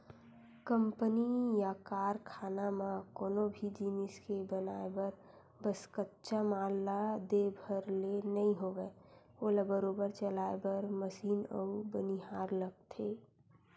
company या कारखाना म कोनो भी जिनिस के बनाय बर बस कच्चा माल ला दे भर ले नइ होवय ओला बरोबर चलाय बर मसीन अउ बनिहार लगथे